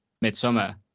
Midsummer